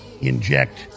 inject